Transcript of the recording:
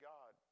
God